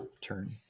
turn